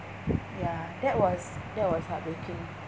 ya that was that was heartbreaking